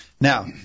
now